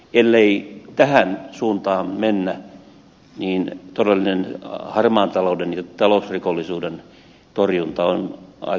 ellei tähän suuntaan mennä niin todellinen harmaan talouden ja talousrikollisuuden torjunta on aika pitkälle näpertelyä